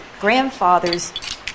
grandfather's